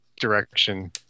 direction